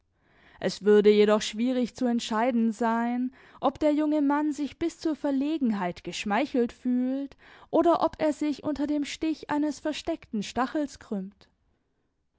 es würde jedoch schwierig zu entscheiden sein ob der junge mann sich bis zur verlegenheit geschmeichelt fühlt oder ob er sich unter dem stich eines versteckten stachels krümmt